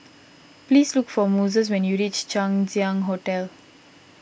please look for Moses when you reach Chang Ziang Hotel